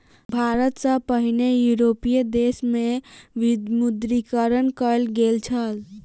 भारत सॅ पहिने यूरोपीय देश में विमुद्रीकरण कयल गेल छल